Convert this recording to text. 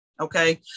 Okay